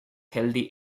healthy